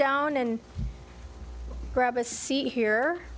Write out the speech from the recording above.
down and grab a seat here